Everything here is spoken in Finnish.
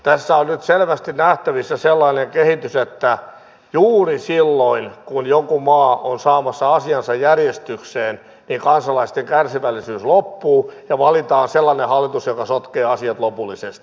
tässä on nyt selvästi nähtävissä sellainen kehitys että juuri silloin kun joku maa on saamassa asiansa järjestykseen kansalaisten kärsivällisyys loppuu ja valitaan sellainen hallitus joka sotkee asiat lopullisesti